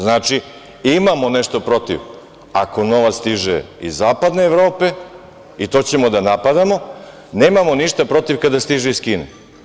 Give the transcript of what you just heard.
Znači, imamo nešto protiv ako novac stiže iz Zapadne Evrope i to ćemo da napadamo, nemamo ništa protiv kada stiže iz Kine.